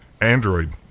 Android